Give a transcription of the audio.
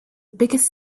biggest